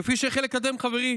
כפי שהחל לקדם חברי